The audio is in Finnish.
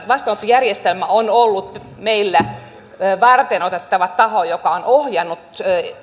vastaanottojärjestelmä on ollut meillä varteenotettava taho joka on ohjannut